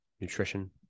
Nutrition